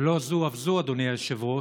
ולא זו אף זו, אדוני היושב-ראש,